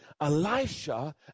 Elisha